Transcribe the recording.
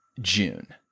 June